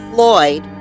Floyd